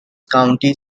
county